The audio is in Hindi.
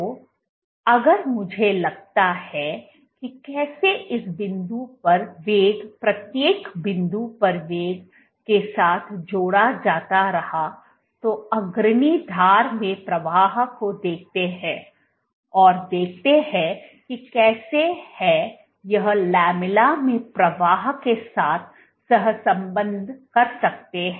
तो अगर मुझे लगता है कि कैसे इस बिंदु पर वेग प्रत्येक बिंदु पर वेग के साथ जोड़ा जाता रहा तो अग्रणी धार में प्रवाह को देखते हैं और देखते हैं कि कैसे है यह लामेल्ला में प्रवाह के साथ सहसंबद्ध कर सकते हैं